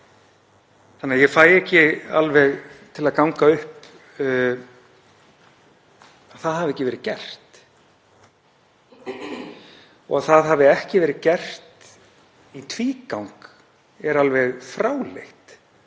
Ég fæ það ekki alveg til að ganga upp að það hafi ekki verið gert. Og að það hafi ekki verið gert í tvígang er alveg fráleitt,